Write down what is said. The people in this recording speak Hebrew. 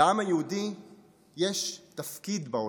לעם היהודי יש תפקיד בעולם.